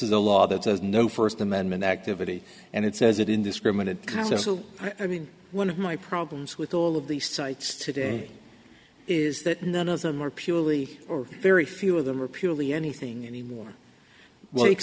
a law that says no first amendment activity and it says that indiscriminate kind i mean one of my problems with all of these sites today is that none of them are purely or very few of them are purely anything anymore